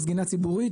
פלוס גינה ציבורית,